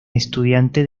estudiante